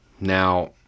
Now